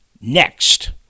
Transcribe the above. next